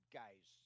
guys